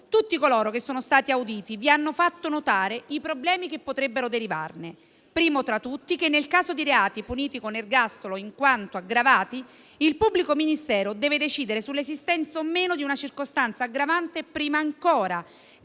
Tutti coloro che sono stati auditi vi hanno fatto notare i problemi che potrebbero derivarne, primo tra tutti il fatto che, nel caso di reati puniti con ergastolo in quanto aggravati, il pubblico ministero deve decidere sull'esistenza o meno di una circostanza aggravante prima ancora